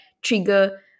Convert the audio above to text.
trigger